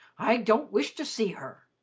i don't wish to see her.